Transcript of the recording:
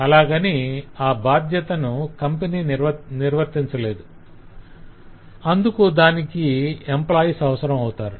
అలాగని ఆ బాధ్యతను కంపెనీ నిర్వర్తించలేదు అందుకు దానికి ఎంప్లాయిస్ అవసరం అవుతారు